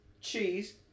cheese